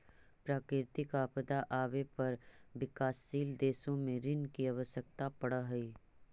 प्राकृतिक आपदा आवे पर विकासशील देशों को ऋण की आवश्यकता पड़अ हई